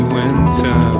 winter